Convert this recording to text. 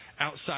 outside